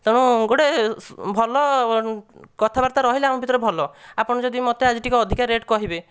ତେଣୁ ଗୋଟିଏ ଭଲ କଥାବାର୍ତ୍ତା ରହିଲେ ଆମ ଭିତରେ ଭଲ ଆପଣ ଯଦି ମୋତେ ଆଜି ଟିକେ ଅଧିକା ରେଟ୍ କହିବେ